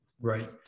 Right